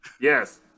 yes